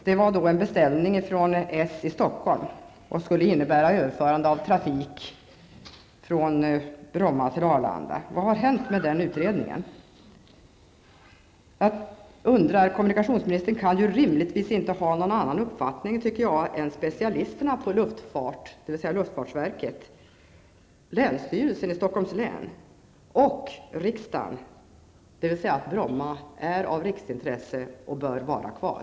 Det var en beställning från socialdemokraterna i Stockholm och skulle innebära ett överförande av trafik från Bromma till Arlanda. Vad har hänt med denna utredning? Kommunikationsministern kan rimligtvis inte ha någon annan uppfattning än specialisterna på luftfart, --luftfartsverket -- länsstyrelsen i Bromma flygplats är av riksintresse och bör vara kvar.